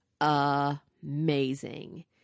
amazing